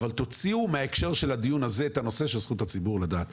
אבל תוציאו מההקשר של הדיון הזה את הנושא של זכות הציבור לדעת.